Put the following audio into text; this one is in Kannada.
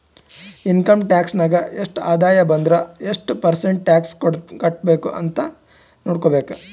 ಇನ್ಕಮ್ ಟ್ಯಾಕ್ಸ್ ನಾಗ್ ಎಷ್ಟ ಆದಾಯ ಬಂದುರ್ ಎಷ್ಟು ಪರ್ಸೆಂಟ್ ಟ್ಯಾಕ್ಸ್ ಕಟ್ಬೇಕ್ ಅಂತ್ ನೊಡ್ಕೋಬೇಕ್